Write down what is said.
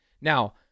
now